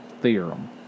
theorem